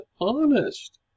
honest